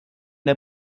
der